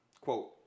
Quote